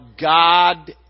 God